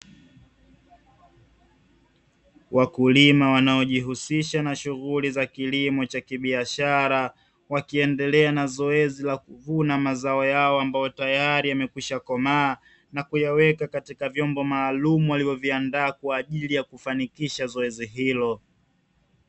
Wakulima wanaojihusisha na shughuli za kilimo cha kibiashara, wakiendelea na zoezi la kuvuna mazao yao, ambayo tayari yamekwishakomaa na kuyaweka katika vyombo maalumu, alivyoviandaa kwa ajili ya kufanikisha zoezi hilo.